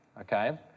okay